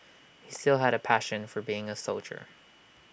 he still had A passion for being A soldier